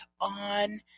on